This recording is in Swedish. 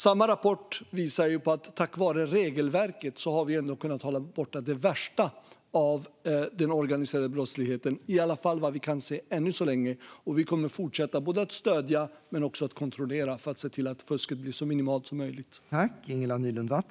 Samma rapport visar att vi tack vare regelverket ändå har kunnat hålla borta det värsta av den organiserade brottsligheten, i alla fall vad vi kan se än så länge. Vi kommer att fortsätta att både stödja och kontrollera för att se till att fusket blir så minimalt som möjligt.